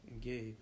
Gabe